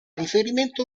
riferimento